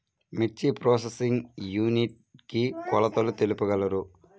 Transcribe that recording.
మిర్చి processing unit కి కొలతలు తెలుపగలరు?